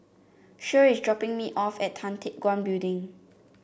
Shirl is dropping me off at Tan Teck Guan Building